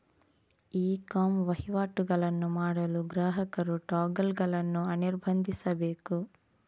E com ವಹಿವಾಟುಗಳನ್ನು ಮಾಡಲು ಗ್ರಾಹಕರು ಟಾಗಲ್ ಗಳನ್ನು ಅನಿರ್ಬಂಧಿಸಬೇಕು